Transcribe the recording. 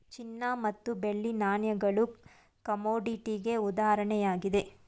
ಚಿನ್ನ ಮತ್ತು ಬೆಳ್ಳಿ ನಾಣ್ಯಗಳು ಕಮೋಡಿಟಿಗೆ ಉದಾಹರಣೆಯಾಗಿದೆ